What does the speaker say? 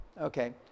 okay